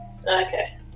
okay